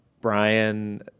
Brian